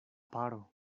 paro